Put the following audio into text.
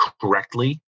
correctly